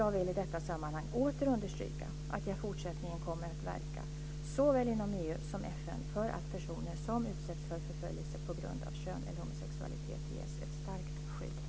Jag vill i detta sammanhang åter understryka att jag i fortsättningen kommer att verka såväl inom EU som FN för att personer som utsätts för förföljelse på grund av kön eller homosexualitet ges ett starkt skydd.